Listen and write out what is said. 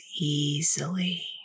easily